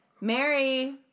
Mary